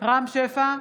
רם שפע,